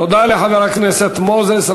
תודה לחבר הכנסת מוזס.